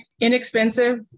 inexpensive